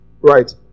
Right